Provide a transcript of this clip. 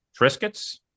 Triscuits